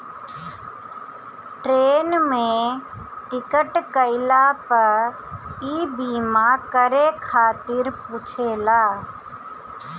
train में ticket कईला पअ इ बीमा करे खातिर पुछेला